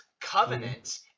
covenant